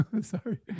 sorry